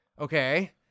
Okay